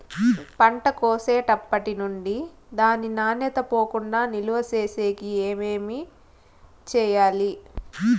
పంట కోసేటప్పటినుండి దాని నాణ్యత పోకుండా నిలువ సేసేకి ఏమేమి చేయాలి?